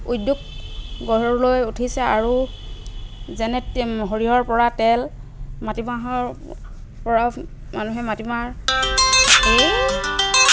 উদ্যোগ গঢ় লৈ উঠিছে আৰু যেনে সৰিয়হৰ পৰা তেল মাটিমাহৰ পৰা মানুহে মাটিমাহৰ এই